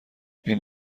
این